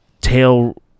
tail